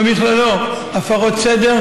ובכללם הפרות סדר,